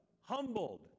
Humbled